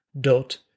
dot